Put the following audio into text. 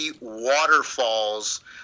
waterfalls